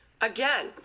Again